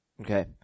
Okay